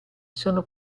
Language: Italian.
sono